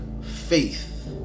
faith